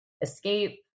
escape